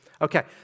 Okay